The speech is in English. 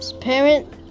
parent